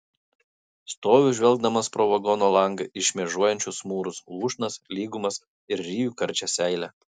stoviu žvelgdamas pro vagono langą į šmėžuojančius mūrus lūšnas lygumas ir ryju karčią seilę